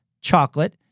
chocolate